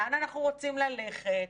לאן אנחנו רוצים ללכת,